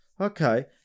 okay